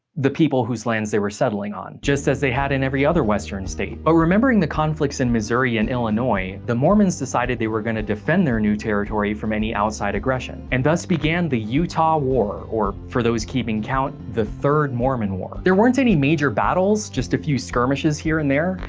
the people whose lands they were settling on. just as they had in every other western state. but remembering the conflicts in missouri and illinois, the mormons decided they were going to defend their new territory from outside aggression. and thus began began the utah war or for those keeping count, the third mormon war. there weren't any major battles, just a few skirmishes here and there,